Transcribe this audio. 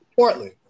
Portland